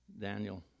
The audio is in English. Daniel